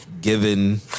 given